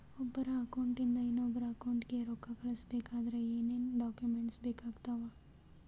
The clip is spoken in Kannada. ಒಬ್ಬರ ಅಕೌಂಟ್ ಇಂದ ಇನ್ನೊಬ್ಬರ ಅಕೌಂಟಿಗೆ ರೊಕ್ಕ ಕಳಿಸಬೇಕಾದ್ರೆ ಏನೇನ್ ಡಾಕ್ಯೂಮೆಂಟ್ಸ್ ಬೇಕಾಗುತ್ತಾವ?